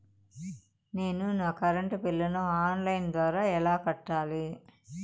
నేను నా కరెంటు బిల్లును ఆన్ లైను ద్వారా ఎలా కట్టాలి?